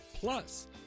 Plus